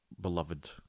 beloved